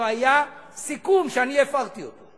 לא היה סיכום שאני הפרתי אותו.